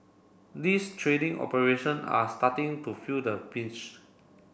these trading operation are starting to feel the pinch